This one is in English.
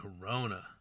corona